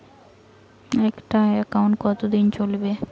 একটা একাউন্ট কতদিন চলিবে?